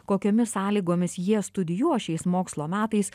kokiomis sąlygomis jie studijuos šiais mokslo metais